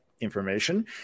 information